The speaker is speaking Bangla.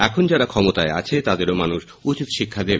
এখন যারা ক্ষমতায় আছে তাদেরও মানুষ উচিত শিক্ষা দেবে